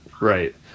right